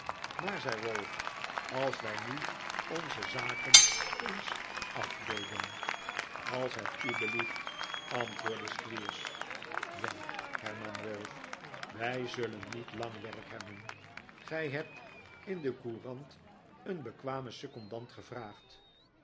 maar zei ralph als wij nu onze zaken eens afdeden als het u belieft antwoordde squeers wel hernam ralph wij zullen niet lang werk hebben gij hebt in de courant een bekwamen secondant gevraagd